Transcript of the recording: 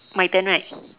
my turn right